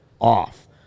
Off